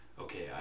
okay